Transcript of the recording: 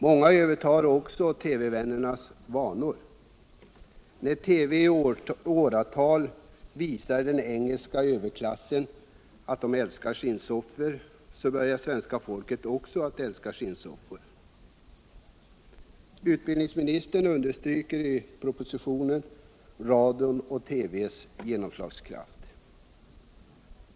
Många övertar också TV-vännernas vanor. När TV i åratal visat att den engelska överklassen älskar skinnsoffor, börjar svenska folket också älska skinnsoffor. Utbildningsministern understryker i propositionen radions och TV:ns genomslagskraft.